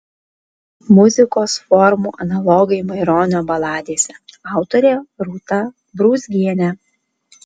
muzikos formų analogai maironio baladėse autorė rūta brūzgienė